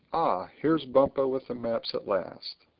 here's bumpo with the maps at last!